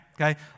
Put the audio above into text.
Okay